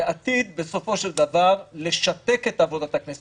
ועתיד בסופו של דבר לשתק את עבודת הכנסת.